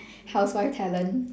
housewife talent